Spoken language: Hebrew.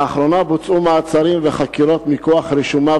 לאחרונה בוצעו מעצרים וחקירות מכוח רישומיו